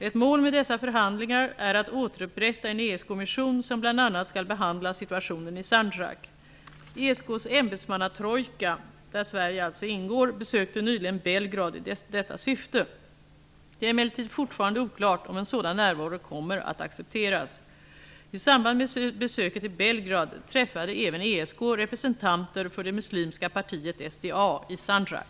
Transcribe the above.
Ett mål med dessa förhandlingar är att återupprätta en ESK-kommission som bl.a. skall behandla situationen i Sandjak. ESK:s ämbetsmannatrojka, där Sverige alltså ingår, besökte nyligen Belgrad i detta syfte. Det är emellertid fortfarande oklart om en sådan närvaro kommer att accepteras. I samband med besöket i Belgrad träffade även ESK representanter för det muslimska partiet SDA i Sandjak.